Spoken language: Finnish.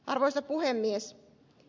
arvoisa puhemies